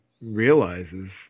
realizes